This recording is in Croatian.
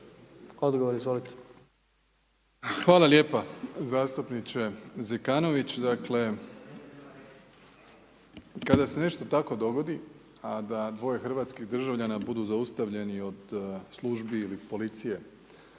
Andrej (HDZ)** Hvala lijepa zastupniče Zekanović. Dakle, kada se nešto tako dogodi, a da dvoje hrvatskih državljana budu zaustavljeni od službi ili policije,